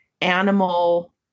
animal